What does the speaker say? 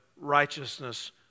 righteousness